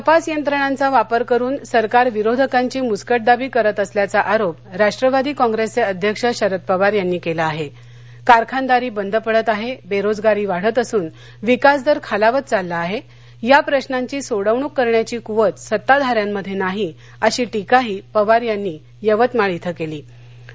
तपास यंत्रणांचा वापर करून सरकार विरोधकांची मुस्कटदाबी करत असल्याचा आरोप राष्ट्रवादी काँग्रस्त्रि अध्यक्ष शरद पवार यांनी कला आहा कारखानदारी बंद पडत आहा उर्रीजगारी वाढत असून विकास दर खालावत चालला आहा आ प्रश्नांची सोडवणूक करण्याची कुवत सत्ताधाऱ्यांमध्यनिही अशी टीकाही पवार यांनी यवतमाळ इथं कल्ती